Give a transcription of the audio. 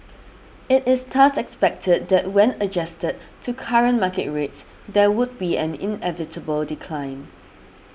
it is thus expected that when adjusted to current market rates there would be an inevitable decline